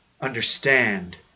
understand